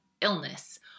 illness